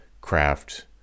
craft